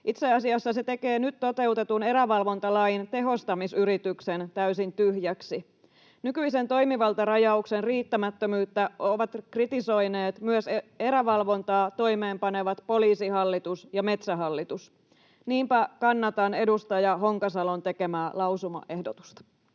Itse asiassa se tekee nyt toteutetun erävalvontalain tehostamisyrityksen täysin tyhjäksi. Nykyisen toimivaltarajauksen riittämättömyyttä ovat kritisoineet myös erävalvontaa toimeenpanevat Poliisihallitus ja Metsähallitus. Niinpä kannatan edustaja Honkasalon tekemää lausumaehdotusta.